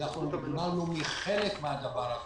אנחנו נגמלנו מחלק מן הדבר הזה.